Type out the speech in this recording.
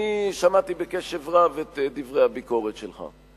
אני שמעתי בקשב רב את דברי הביקורת שלך.